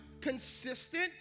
consistent